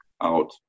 out